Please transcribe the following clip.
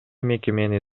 мекемени